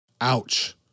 Ouch